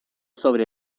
sobre